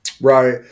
Right